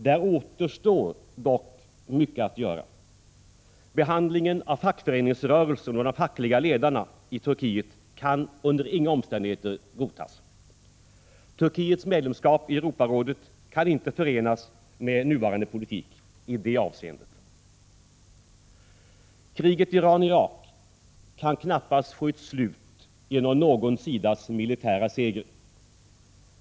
Där återstår dock mycket att göra. Behandlingen av fackföreningsrörelsen och de fackliga ledarna i Turkiet kan under inga omständigheter godtas. Turkiets medlemskap i Europarådet kan inte förenas med nuvarande politik i det avseendet. Kriget Iran-Irak kan knappast få ett slut genom någon sidas militära seger.